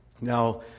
Now